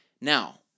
Now